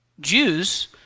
Jews